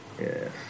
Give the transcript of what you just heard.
Yes